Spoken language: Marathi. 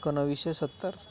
एकोणाविसशे सत्तर